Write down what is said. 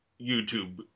YouTube